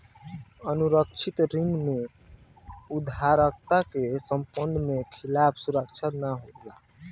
असुरक्षित ऋण में उधारकर्ता के संपत्ति के खिलाफ सुरक्षित ना होला